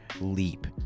leap